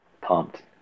pumped